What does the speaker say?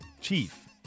Chief